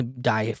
die